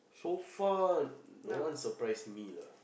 so far no one surprise me lah